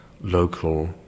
local